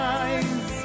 eyes